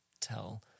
tell